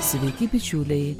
sveiki bičiuliai